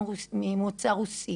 ממוצא רוסי